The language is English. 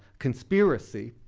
conspiracy,